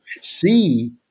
see